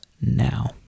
now